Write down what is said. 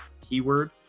keyword